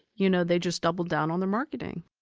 you know they just doubled down on their marketing.